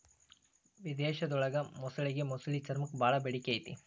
ವಿಧೇಶದೊಳಗ ಮೊಸಳಿಗೆ ಮೊಸಳಿ ಚರ್ಮಕ್ಕ ಬಾಳ ಬೇಡಿಕೆ ಐತಿ